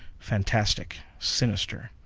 fantastic, sinister.